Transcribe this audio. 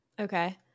Okay